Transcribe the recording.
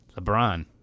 LeBron